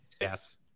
Yes